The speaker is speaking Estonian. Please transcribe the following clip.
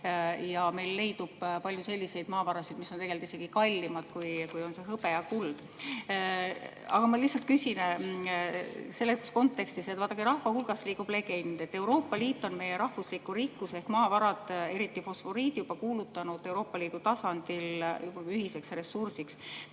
Meil leidub palju selliseid maavarasid, mis on isegi kallimad, kui on hõbe ja kuld. Aga ma lihtsalt küsin selles kontekstis. Vaadake, rahva hulgas liigub legend, et Euroopa Liit on meie rahvusliku rikkuse ehk maavarad, eriti fosforiidi Euroopa Liidu tasandil juba ühiseks ressursiks